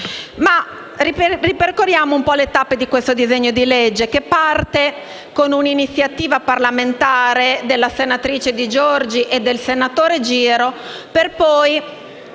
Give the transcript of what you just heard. Ma ripercorriamo un po’ le tappe del provvedimento in esame, che parte con un’iniziativa parlamentare della senatrice Di Giorgi e del senatore Giro, per poi